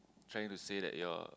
trying to say that your